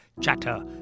chatter